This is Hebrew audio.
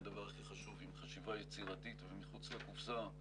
הדבר הכי חשוב עם חשיבה יצירתית ומחוץ לקופסה,